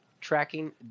tracking